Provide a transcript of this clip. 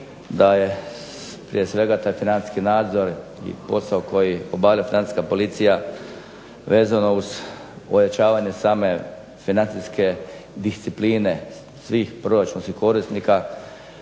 da je prije svega taj financijski nadzor i posao koji obavlja Financijska policija vezano uz ojačavanje same financijske discipline svih proračunskih korisnika,